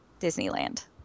Disneyland